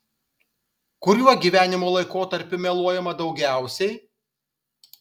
kuriuo gyvenimo laikotarpiu meluojama daugiausiai